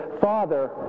Father